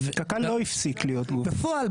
--- קק"ל לא הפסיק להיות גוף --- בפועל.